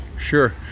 Sure